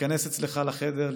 להיכנס אצלך לחדר,